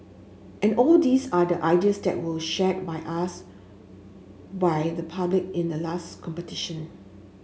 and all these are the ideas that were shared by us by the public in the last competition